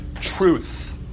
truth